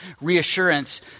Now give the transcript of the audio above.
reassurance